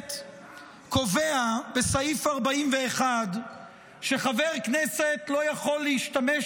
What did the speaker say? הכנסת קובע בסעיף 41 שחבר כנסת לא יכול להשתמש